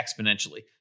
exponentially